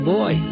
boy